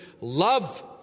love